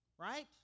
Right